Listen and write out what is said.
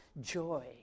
joy